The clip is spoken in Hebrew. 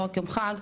זה לא רק יום חג,